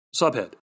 Subhead